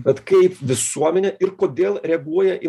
vat kaip visuomenė ir kodėl reaguoja į